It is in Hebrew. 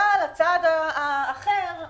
אבל הצעד האחר,